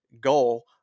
goal